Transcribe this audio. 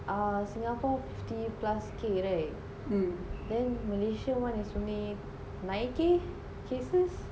err singapore fifty plus K right then malaysia [one] is only nine K cases